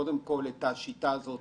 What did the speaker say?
את השיטה הזאת